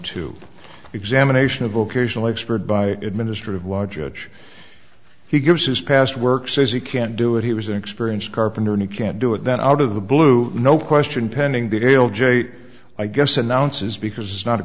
two examination of vocational expert by administrative law judge he gives his past work says he can't do it he was an experienced carpenter and he can't do it then out of the blue no question pending that hail j i guess announces because it's not a